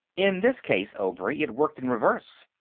in this case, obray, it worked in reverse.